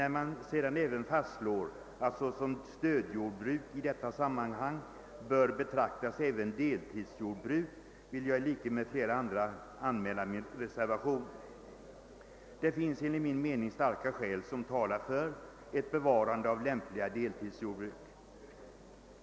När man emellertid fastslår, att så som stödjordbruk i detta sammanhang bör betraktas även deltidsjordbruk, vill jag i likhet med flera andra anmäla min reservation. Enligt min mening talar starka skäl för ett bevarande av lämpliga deltidsjordbruk.